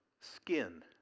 skin